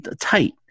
tight